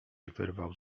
wyrwał